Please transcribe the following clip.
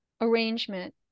arrangement